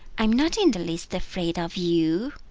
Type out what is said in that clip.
i am not in the least afraid of you